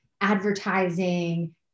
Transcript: advertising